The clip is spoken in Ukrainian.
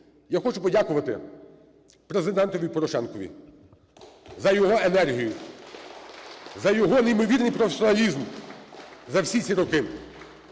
Я хочу подякувати Президентові Порошенкові за його енергію, за його неймовірний професіоналізм за всі ці роки.